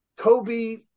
Kobe